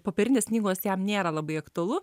popierinės knygos jam nėra labai aktualu